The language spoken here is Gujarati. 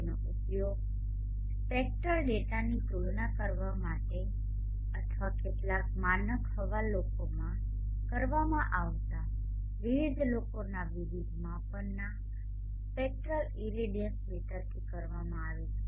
તેનો ઉપયોગ સ્પેક્ટ્રલ ડેટાની તુલના કરવા માટે અથવા કેટલાક માનક હવા લોકોમાં કરવામાં આવતા વિવિધ લોકોના વિવિધ માપનના સ્પેક્ટ્રલ ઇરેડિયન્સ ડેટાથી કરવામાં આવે છે